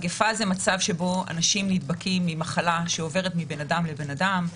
מגיפה זה מצב שאנשים נדבקים ממחלה שעוברת מבן אדם לבן אדם.